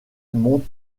monte